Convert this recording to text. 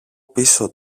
πίσω